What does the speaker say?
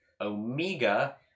Omega